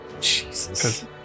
Jesus